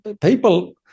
people